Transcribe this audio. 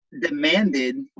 demanded